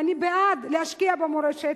ואני בעד להשקיע במורשת,